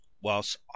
whilst